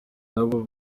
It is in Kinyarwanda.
nabo